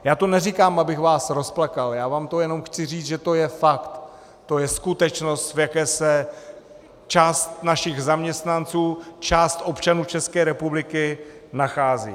Já to neříkám, abych vás rozplakal, já vám to jenom chci říct, že to je fakt, to je skutečnost, v jaké se část našich zaměstnanců, část občanů České republiky nachází.